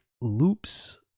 loops